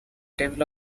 table